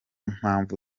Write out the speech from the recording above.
mpamvu